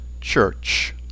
church